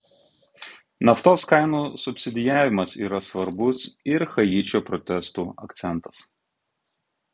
naftos kainų subsidijavimas yra svarbus ir haičio protestų akcentas